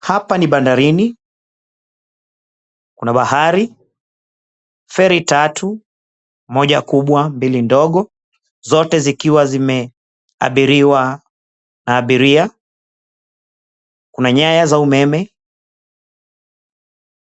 Hapa ni bandarini, kuna bahari, feri tatu, moja kubwa, mbili ndogo zote zikiwa zimeabiriwa na abiria kuna nyaya za umeme